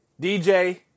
DJ